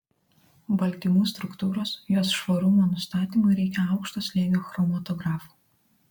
baltymų struktūros jos švarumo nustatymui reikia aukšto slėgio chromatografų